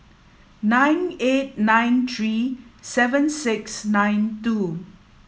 nine eight nine three seven six nine two